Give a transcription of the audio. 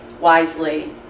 wisely